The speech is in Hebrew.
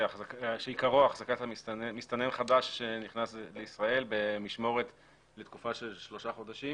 שעיקרו החזקת מסתנן חדש שנכנס לישראל במשמורת לתקופה של שלושה חודשים